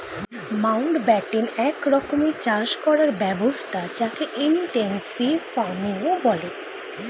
Mountbatten এক রকমের চাষ করার ব্যবস্থা যকে ইনটেনসিভ ফার্মিংও বলে